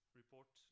report